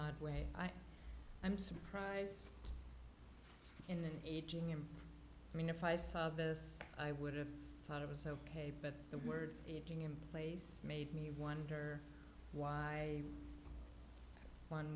odd way i'm i'm surprised in the aging him i mean if i saw this i would have thought of us ok but the words aging in place made me wonder why one